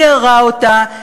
ניערה אותה,